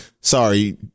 sorry